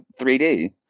3D